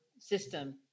system